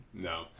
No